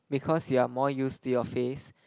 because you are more used to your face